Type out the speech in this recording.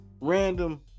random